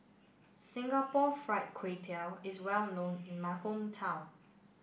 Singapore Fried Kway Tiao is well known in my hometown